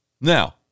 Now